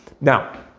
Now